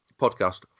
podcast